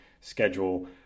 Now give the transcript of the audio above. schedule